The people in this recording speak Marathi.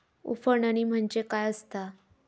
उफणणी म्हणजे काय असतां?